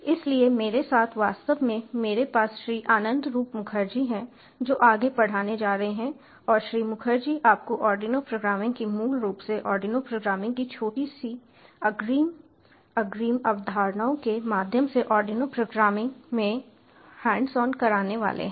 इसलिए मेरे साथ वास्तव में मेरे पास श्री आनंदरूप मुखर्जी हैं जो आगे पढ़ाने जा रहे हैं और श्री मुखर्जी आपको आर्डिनो प्रोग्रामिंग की मूल रूप से आर्डिनो प्रोग्रामिंग की छोटी सी अग्रिम अग्रिम अवधारणाओं के माध्यम से आर्डिनो प्रोग्रामिंग में हैंड्स ऑन कराने वाले हैं